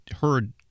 heard